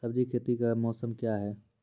सब्जी खेती का मौसम क्या हैं?